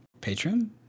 patron